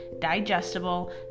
digestible